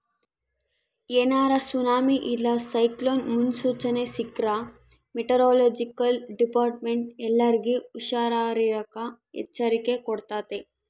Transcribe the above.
ಏನಾರ ಸುನಾಮಿ ಇಲ್ಲ ಸೈಕ್ಲೋನ್ ಮುನ್ಸೂಚನೆ ಸಿಕ್ರ್ಕ ಮೆಟೆರೊಲೊಜಿಕಲ್ ಡಿಪಾರ್ಟ್ಮೆಂಟ್ನ ಎಲ್ಲರ್ಗೆ ಹುಷಾರಿರಾಕ ಎಚ್ಚರಿಕೆ ಕೊಡ್ತತೆ